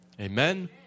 Amen